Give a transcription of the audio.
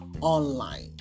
online